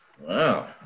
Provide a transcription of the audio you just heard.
Wow